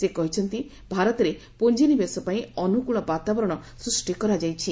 ସେ କହିଛନ୍ତି ଭାରତରେ ପୁଞ୍ଜିନିବେଶ ପାଇଁ ଅନୁକୂଳ ବାତାବରଣ ସ୍ପଷ୍ଟି କରାଯାଇଛି